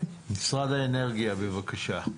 משרד האנרגיה, בבקשה.